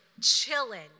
chilling